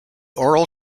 oral